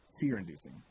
fear-inducing